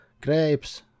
grapes